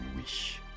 wish